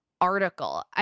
Article